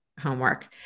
homework